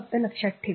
फक्त धरून ठेवा